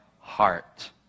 heart